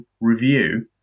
review